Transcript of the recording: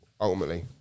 ultimately